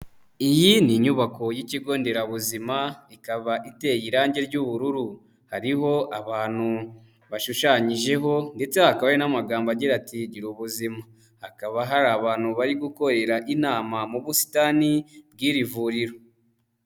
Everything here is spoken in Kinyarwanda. Iyi ni inyubako y'Ikigo Nderabuzima, ikaba iteye irangi ry'ubururu. Hariho abantu bashushanyijeho ndetse hakaba n'amagambo agira ati: "Gira ubuzima." Hakaba hari abantu bari gukorera inama mu busitani bw'iri vuriro.